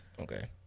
Okay